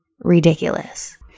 ridiculous